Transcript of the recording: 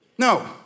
No